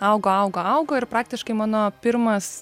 augo augo augo ir praktiškai mano pirmas